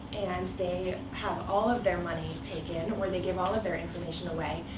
and they um yeah have all of their money taken, or they give all of their information away,